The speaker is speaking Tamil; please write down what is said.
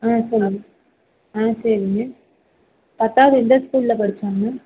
ஆ சொல்லுங்கள் ஆ சரிங்க பத்தாவது எந்த ஸ்கூலில் படிச்சாங்க